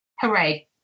Hooray